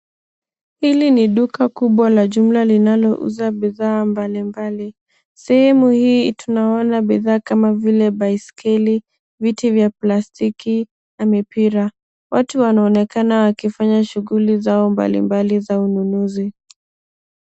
Hili ni duka kubwa la jumla linalouza bidhaa mbalimbali. Sehemu hii tunaona bidhaa kama vile baiskeli, viti vya plastiki na mipira. Watu wanaonekana wakifanya shughuli zao mbalimbali za ununuzi.